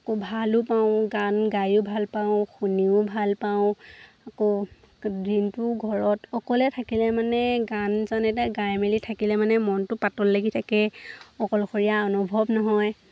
আকৌ ভালো পাওঁ গান গায়ো ভাল পাওঁ শুনিও ভাল পাওঁ আকৌ দিনটো ঘৰত অকলে থাকিলে মানে গান চান এতিয়া গাই মেলি থাকিলে মানে মনটো পাতল লাগি থাকে অকলশৰীয়া অনুভৱ নহয়